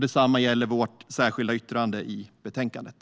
Detsamma gäller vårt särskilda yttrande i betänkandet.